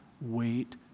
wait